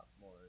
more